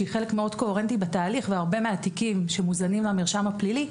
שהיא חלק מאוד קוהרנטי בתהליך והרבה מהתיקים שמוזנים למרשם הפלילי,